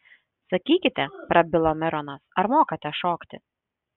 sakykite prabilo mironas ar mokate šokti